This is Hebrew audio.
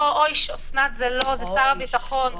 זה שר הביטחון.